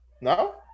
No